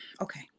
okay